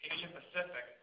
Asia-Pacific